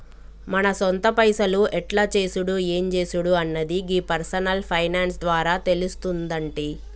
మన సొంత పైసలు ఎట్ల చేసుడు ఎం జేసుడు అన్నది గీ పర్సనల్ ఫైనాన్స్ ద్వారా తెలుస్తుందంటి